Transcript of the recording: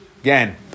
Again